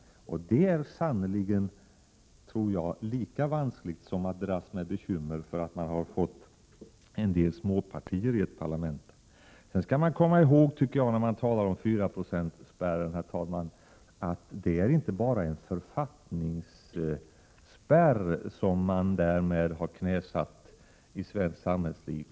Det är, tror jag, lika vanskligt som att dras med bekymmer för att man fått en del småpartier i ett parlament. När man talar om 4-procentsspärren skall man, herr talman, komma ihåg att det inte bara är en författningsspärr som man därmed har knäsatt i svenskt samhällsliv.